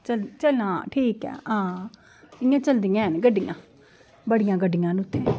चल हां ठीक ऐ हां इ'यां चलदियां हैन गड्डियां बड़ियां गड्डियां न उत्थै